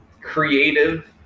creative